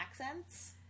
accents